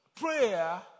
Prayer